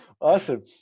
Awesome